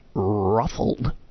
Ruffled